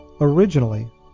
originally